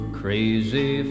crazy